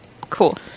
Cool